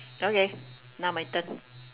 okay now my turn